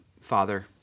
Father